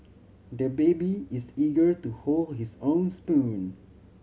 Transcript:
the baby is eager to hold his own spoon